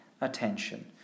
attention